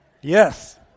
Yes